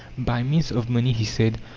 by means of money, he said,